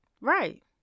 Right